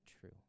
true